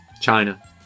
China